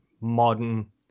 modern